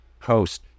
host